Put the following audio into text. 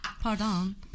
Pardon